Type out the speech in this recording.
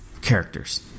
characters